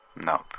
Nope